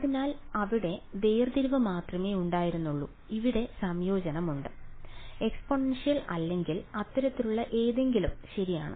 അതിനാൽ അവിടെ വേർതിരിവ് മാത്രമേ ഉണ്ടായിരുന്നുള്ളൂ അവിടെ സംയോജനമുണ്ട് എക്സ്പോണൻഷ്യൽ അല്ലെങ്കിൽ അത്തരത്തിലുള്ള എന്തെങ്കിലും ശരിയാണ്